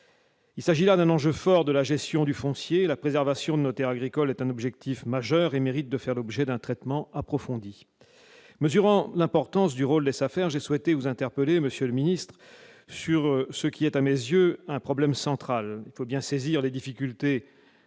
Il s'agit là d'un enjeu fort de la gestion du foncier : la préservation de nos terres agricoles est un objectif majeur, qui mérite de faire l'objet d'un traitement approfondi. Mesurant l'importance du rôle des SAFER, j'ai souhaité vous interpeller, monsieur le ministre, sur ce qui est, à mes yeux, un problème central. Il faut bien appréhender les difficultés